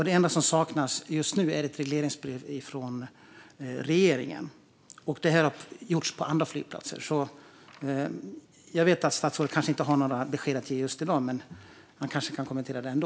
Det enda som saknas just nu är ett regleringsbrev från regeringen. Detta har gjorts på andra flygplatser. Jag förstår att statsrådet inte har några besked att ge här i dag, men han kanske kan kommentera det ändå.